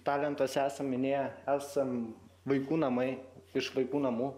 talentuose esam minėję esam vaikų namai iš vaikų namų